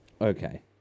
Okay